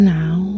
now